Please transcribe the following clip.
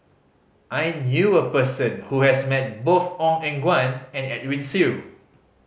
I knew a person who has met both Ong Eng Guan and Edwin Siew